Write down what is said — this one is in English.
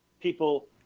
people